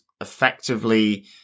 Effectively